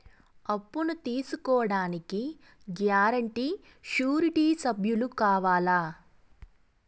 అప్పును తీసుకోడానికి guarantee, surety సభ్యులు కావాలా?